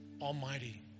almighty